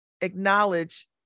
acknowledge